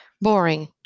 Boring